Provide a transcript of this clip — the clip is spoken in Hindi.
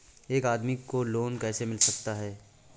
एक आदमी को लोन कैसे मिल सकता है?